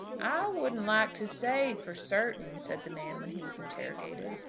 i wouldn't like to say for certain, said the man when he was interrogated.